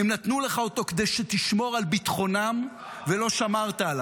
הם נתנו לך אותו כדי שתשמור על ביטחונם ולא שמרת עליו.